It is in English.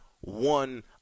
one